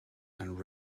and